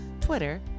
Twitter